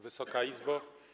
Wysoka Izbo!